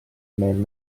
meel